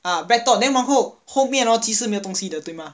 ah BreadTalk then 然后后面了即使没有东西的对吗